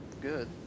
good